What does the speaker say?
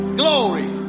glory